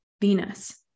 Venus